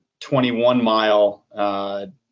21-mile